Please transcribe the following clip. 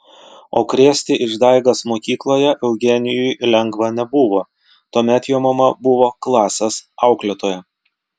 o krėsti išdaigas mokykloje eugenijui lengva nebuvo tuomet jo mama buvo klasės auklėtoja